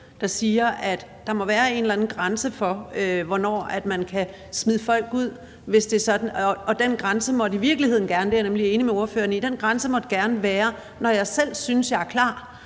der siger, at der må være en eller anden grænse for, hvornår man kan smide folk ud. Og den grænse måtte i virkeligheden gerne være – det er jeg nemlig